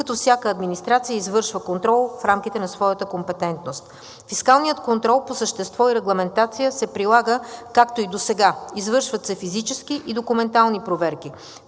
като всяка администрация извършва контрол в рамките на своята компетентност. Фискалният контрол по същество и регламентация се прилага както и досега. Извършват се физически и документални проверки.